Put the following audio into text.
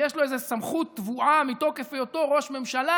שיש לו איזו סמכות טבועה מתוקף היותו ראש ממשלה